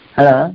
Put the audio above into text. Hello